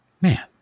Man